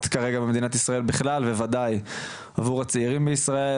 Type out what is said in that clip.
כרגע במדינת ישראל בכלל בוודאי עבור הצעירים בישראל,